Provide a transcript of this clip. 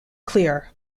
clear